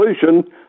solution